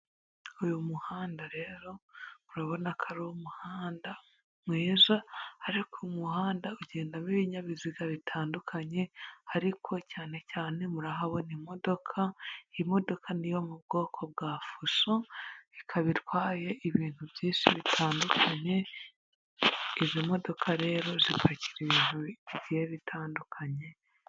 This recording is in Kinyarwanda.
Uyu muhanda rero urabona ko ari umuhanda mwiza ariko umuhanda ugendamo ibinyabiziga bitandukanye, ariko cyane cyane murahabona imodoka, iyi modoka ni iyo mu bwoko bwa fuso, ikaba itwaye ibintu byinshi bitandukanye, izi modoka rero zipakira ibintu bigiye bitandukanye.